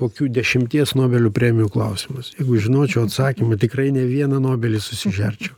kokių dešimties nobelių premijų klausimas jeigu žinočiau atsakymą tikrai ne vieną nobelį susižerčiau